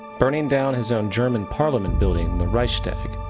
burning down his own german parliament building, the reichstag,